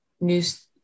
news